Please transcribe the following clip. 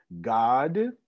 God